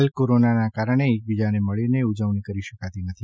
હાલ કોરોનાના કારણે એકબીજાને મળીને ઉજવણી કરી શકાતી નથી